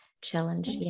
challenge